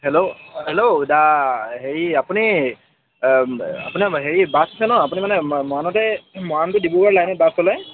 hello hello দা হেৰি আপুনি আপোনা হেৰি বাছ আছে নহ্ আপুনি মানে মৰাণতে মৰাণ টু ডিব্ৰুগড় লাইনত বাছ চলায়